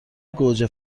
گوجه